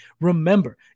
Remember